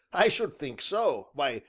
i should think so why,